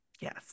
Yes